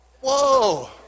whoa